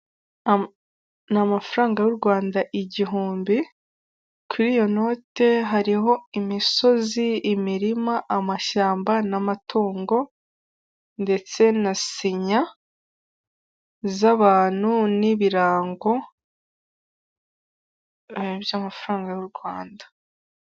Ni amafaranga y'u Rwanda igihumbi, kuri iyo note hariho imisozi, imirima, amashyamba n'amatungo, ndetse na sinya z'abantu n'ibirango by'amafaranga y'u Rwanda.